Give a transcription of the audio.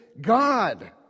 God